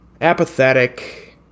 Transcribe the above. apathetic